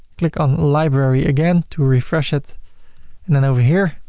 click on library again to refresh it and then over here,